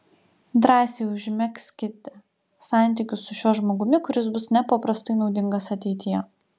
drąsiai užmegzkite santykius su šiuo žmogumi kuris bus nepaprastai naudingas ateityje